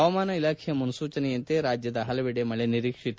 ಪವಾಮಾನ ಇಲಾಖೆ ಮುನ್ಲೂಚನೆಯಂತೆ ರಾಜ್ಯದ ಹಲವೆಡೆ ಮಳೆ ನಿರೀಕ್ಷಿತ